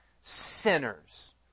sinners